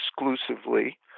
exclusively